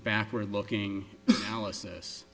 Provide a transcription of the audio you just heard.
backward looking alice